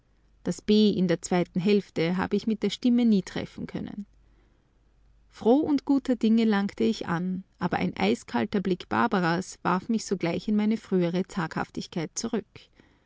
das b in der zweiten hälfte habe ich mit der stimme nie treffen können froh und guter dinge langte ich an aber ein eiskalter blick barbaras warf mich sogleich in meine frühere zaghaftigkeit zurück